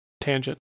tangent